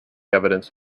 evidence